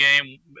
game